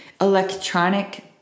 electronic